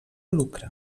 lucre